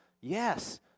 Yes